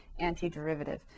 antiderivative